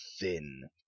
thin